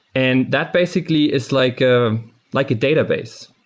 and that basically is like ah like a database.